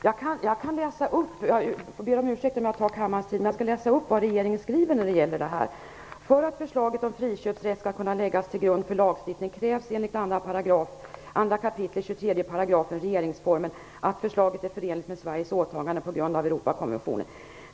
Jag vill läsa upp - jag ber om ursäkt för att jag tar kammarens tid i anspråk - vad regeringen skriver i det här avseendet: För att förslaget om friköpsrätt skall kunna läggas till grund för lagstiftning krävs enligt 2 kap. 23 § Regeringsformen att förslaget är förenligt med Sveriges åtagande på grund av Europakonventionen.